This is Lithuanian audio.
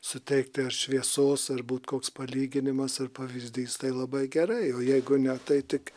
suteikti ar šviesos ar būt koks palyginimas ar pavyzdys tai labai gerai o jeigu ne tai tik